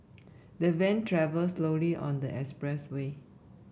the van travelled slowly on the expressway